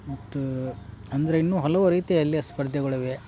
ಮತ್ತು ಅಂದ್ರ ಇನ್ನು ಹಲವು ರೀತಿಯಲ್ಲಿ ಸ್ಪರ್ಧೆಗಳಿವೆ